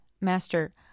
Master